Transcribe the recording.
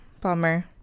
bummer